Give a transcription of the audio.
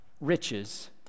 riches